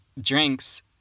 drinks